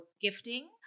gifting